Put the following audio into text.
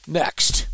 next